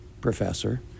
Professor